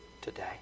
today